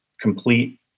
complete